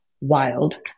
wild